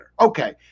okay